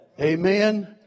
Amen